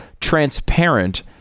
transparent